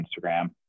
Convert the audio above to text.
Instagram